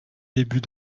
début